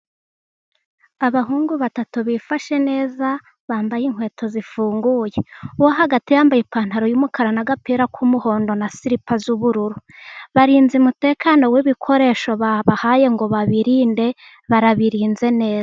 Abahungu batatu bifashe neza bambaye inkweto zifunguye, uwo hagati yambaye ipantaro y'umukara n'agapira k'umuhondo, na siripa z'ubururu. Barinze umutekano w'ibikoresho babahaye ngo babirinde, barabirinze neza.